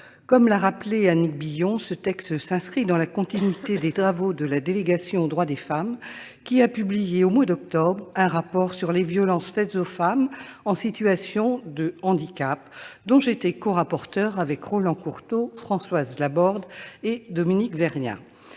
Comme l'a rappelé Annick Billon, ce texte s'inscrit dans la continuité des travaux de la délégation aux droits des femmes, qui a publié au mois d'octobre dernier un rapport sur les violences faites aux femmes en situation de handicap, dont j'étais corapporteure avec Roland Courteau, Françoise Laborde et Dominique Vérien.